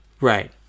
Right